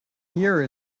year